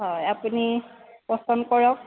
হয় আপুনি পচন্দ কৰক